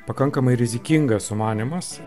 pakankamai rizikingas sumanymas